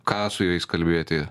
ką su jais kalbėti